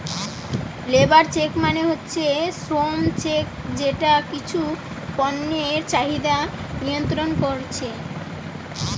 labour check মানে হচ্ছে শ্রম চেক যেটা কিছু পণ্যের চাহিদা নিয়ন্ত্রণ কোরছে